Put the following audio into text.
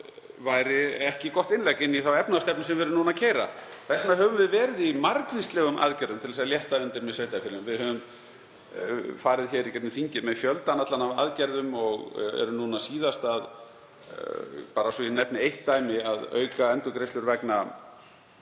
væri ekki gott innlegg inn í þá efnahagsstefnu sem við erum núna að keyra. Þess vegna höfum við verið í margvíslegum aðgerðum til að létta undir með sveitarfélögum. Við höfum farið í gegnum þingið með fjöldann allan af aðgerðum og vorum núna síðast, bara svo ég nefni eitt dæmi, að auka endurgreiðslur vegna